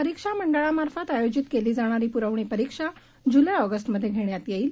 परीक्षा मंडळामार्फत आयोजित केली जाणारी पुरवणी परीक्षा जुलै ऑगस्ट मध्ये घेण्यात येईल